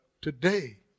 Today